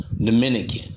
Dominican